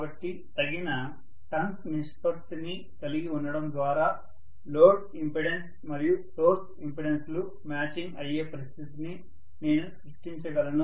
కాబట్టి తగిన టర్న్స్ నిష్పత్తిని కలిగి ఉండటం ద్వారా లోడ్ ఇంపెడెన్స్ మరియు సోర్స్ ఇంపెడెన్స్లు మ్యాచింగ్ అయ్యే పరిస్థితిని నేను సృష్టించగలను